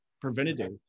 preventative